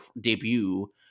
debut